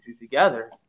together